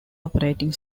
operating